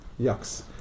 yucks